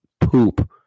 Poop